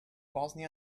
bosnia